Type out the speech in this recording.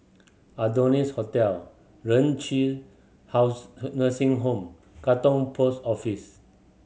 Adonis Hotel Renci House Nursing Home Katong Post Office